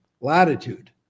latitude